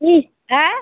কি হ্যাঁ